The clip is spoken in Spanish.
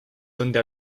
donde